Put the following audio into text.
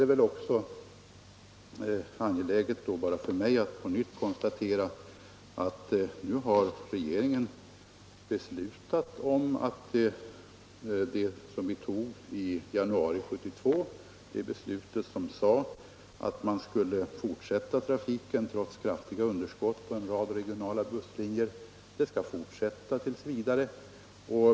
Det är vidare för mig bara angeläget att på nytt konstatera att regeringen nu har uttalat att de beslut som vi fattade i januari 1972 om att trafiken trots kraftiga underskott skall fortsätta på en rad regionala busslinjer skall gälla t.v.